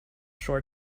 shore